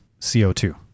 CO2